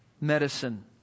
medicine